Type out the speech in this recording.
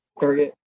Target